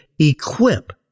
equip